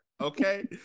Okay